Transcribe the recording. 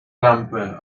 lampe